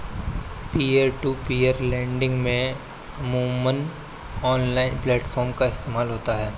peer to peer lending में अमूमन online platform का इस्तेमाल होता है